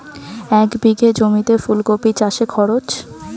এক বিঘে জমিতে ফুলকপি চাষে খরচ?